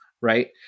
Right